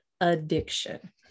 addiction